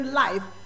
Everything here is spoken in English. life